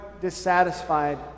dissatisfied